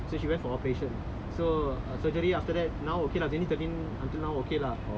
so she went for operation so surgery after that now okay lah twenty thirteen until now okay lah